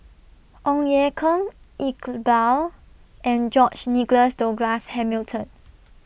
Ong Ye Kung Iqbal and George Nigel Douglas Hamilton